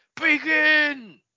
Begin